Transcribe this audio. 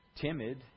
timid